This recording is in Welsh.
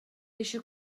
eisiau